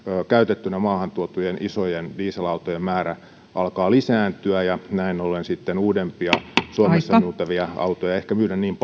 käytettynä maahantuotujen isojen dieselautojen määrä alkaa lisääntyä ja näin ollen sitten uudempia suomessa myytäviä autoja ei ehkä myydä niin